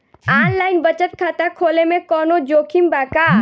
Online बचत खाता खोले में कवनो जोखिम बा का?